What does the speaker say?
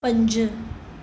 पंज